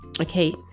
okay